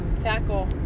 tackle